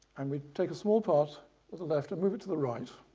and we take a small part of the left and move it to the right.